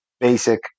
basic